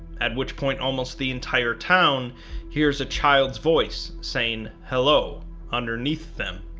at which point almost the entire town hears a child's voice saying hello underneath them.